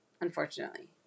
unfortunately